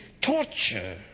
torture